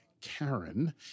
Karen